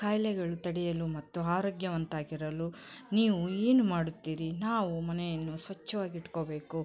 ಖಾಯಿಲೆಗಳು ತಡೆಯಲು ಮತ್ತು ಆರೋಗ್ಯವಂತಾಗಿರಲು ನೀವು ಏನು ಮಾಡುತ್ತೀರಿ ನಾವು ಮನೆಯನ್ನು ಸ್ವಚ್ಛವಾಗಿ ಇಟ್ಕೋಬೇಕು